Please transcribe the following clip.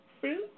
fruit